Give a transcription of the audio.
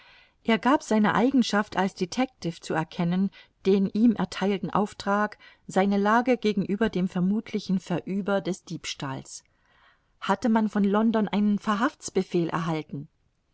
er gab seine eigenschaft als detectiv zu erkennen den ihm ertheilten auftrag seine lage gegenüber dem vermuthlichen verüber des diebstahls hatte man von london einen verhaftsbefehl erhalten